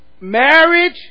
Marriage